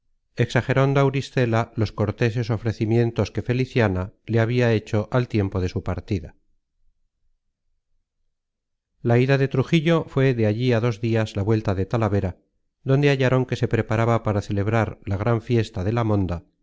exagerando auristela los corteses ofrecimientos que féliciana le habia hecho al tiempo de su partida la ida de trujillo fué de allí á dos dias la vuelta de talavera donde hallaron que se preparaba para celebrar la gran fiesta de la monda